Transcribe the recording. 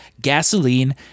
gasoline